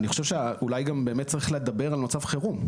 אני חושב שאולי גם באמת צריך לדבר על מצב חירום.